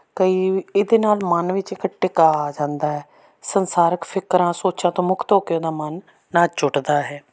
ਕਈ ਇਹਦੇ ਨਾਲ ਮਨ ਵਿੱਚ ਇੱਕ ਟਿਕਾਅ ਆ ਜਾਂਦਾ ਸੰਸਾਰਿਕ ਫਿਕਰਾਂ ਸੋਚਾਂ ਤੋਂ ਮੁਕਤ ਹੋ ਕੇ ਉਹਦਾ ਮਨ ਨੱਚ ਉੱਠਦਾ ਹੈ